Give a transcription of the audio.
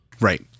Right